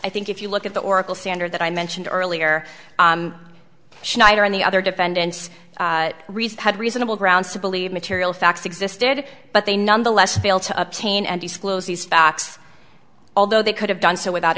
i think if you look at the oracle standard that i mentioned earlier schneider and the other defendants reese had reasonable grounds to believe material facts existed but they nonetheless failed to obtain and disclose these facts although they could have done so without